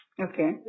Okay